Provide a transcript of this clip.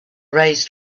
raised